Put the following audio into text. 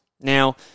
Now